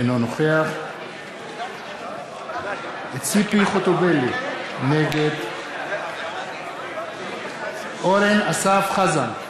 אינו נוכח ציפי חוטובלי, נגד אורן אסף חזן,